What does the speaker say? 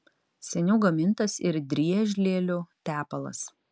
seniau gamintas ir driežlielių tepalas